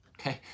Okay